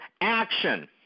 action